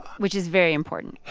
which is very important